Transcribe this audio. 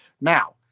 Now